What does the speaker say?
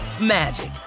magic